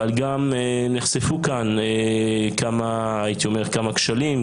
אבל גם נחשפנו כאן לכמה כשלים,